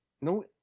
No